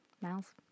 Miles